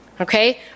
Okay